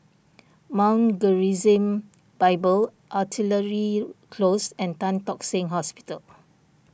Mount Gerizim Bible Artillery Close and Tan Tock Seng Hospital